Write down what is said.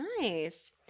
Nice